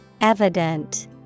Evident